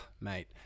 mate